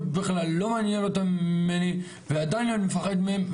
לא עניין אותם ממני ועדיין אני מפחד מהם,